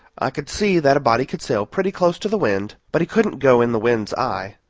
i could see that a body could sail pretty close to the wind, but he couldn't go in the wind's eye.